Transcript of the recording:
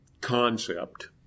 concept